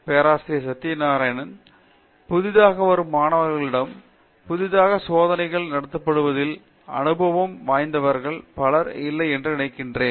பேராசிரியர் சத்யநாராயணன் என் கும்மாடி புதிதாக வரும் மாணவர்களிடம் புதிதாக சோதனைகள் நடத்தப்படுவதில் அனுபவம் வாய்ந்தவர்கள் பலர் இல்லை என்று நினைக்கிறேன்